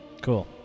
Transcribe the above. Cool